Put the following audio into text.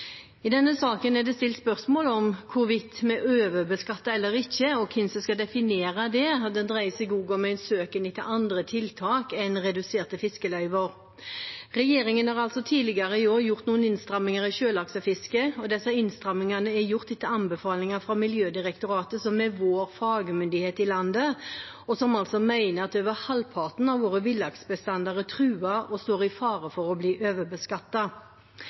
I denne saken er det stilt spørsmål om hvorvidt vi overbeskatter eller ikke, og hvem som skal definere det. Det dreier seg også om søken etter andre tiltak enn reduserte fiskeløyver. Regjeringen har tidligere i år gjort noen innstramminger i sjølaksefisket, og disse innstrammingene er gjort etter anbefalinger fra Miljødirektoratet, som er vår fagmyndighet i landet, og som mener at over halvparten av våre villaksbestander er truet og står i fare for å bli